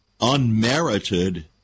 unmerited